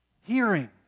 hearing